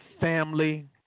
family